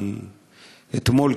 אתמול,